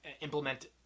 implement